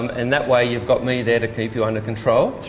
um and that way you've got me there to keep you under control.